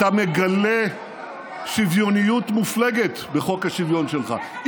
אתה מגלה שוויוניות מופלגת בחוק השוויון שלך.